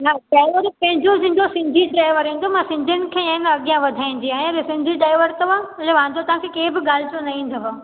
न पहले जी पहलो जंहिंजो सिंधी ड्राइवर आहे जो सिंधियुनि खे न अॻिया वधाईंदी आहियां जे सिंधी ड्राइवर अथव उन जो वांधो तव्हांखे केरु बि ॻाल्हि जो न ईंदव